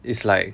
is like